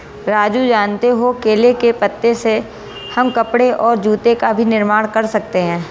राजू जानते हो केले के पत्ते से हम कपड़े और जूते का भी निर्माण कर सकते हैं